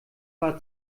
war